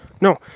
No